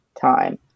time